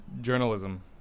Journalism